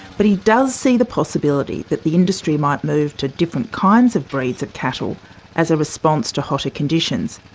but he does see the possibility that the industry might move to different kinds of breeds of cattle as a response to hotter conditions.